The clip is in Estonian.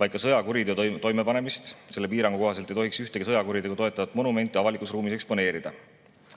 vaid ka sõjakuriteo toimepanemist. Selle piirangu kohaselt ei tohiks ühtegi sõjakuritegu toetavat monumenti avalikus ruumis eksponeerida.